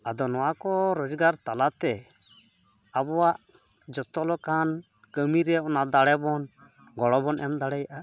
ᱟᱫᱚ ᱱᱚᱣᱟᱠᱚ ᱨᱳᱡᱽᱜᱟᱨ ᱛᱟᱞᱟᱛᱮ ᱟᱵᱚᱣᱟᱜ ᱡᱚᱛᱚ ᱞᱮᱠᱟᱱ ᱠᱟᱹᱢᱤ ᱨᱮᱭᱟᱜ ᱚᱱᱟ ᱫᱟᱲᱮᱵᱚᱱ ᱜᱚᱲᱚᱵᱚᱱ ᱮᱢ ᱫᱟᱲᱮᱭᱟᱜᱼᱟ